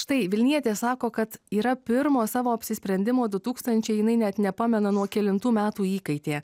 štai vilnietė sako kad yra pirmo savo apsisprendimo du tūkstančiai jinai net nepamena nuo kelintų metų įkaitė